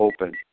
open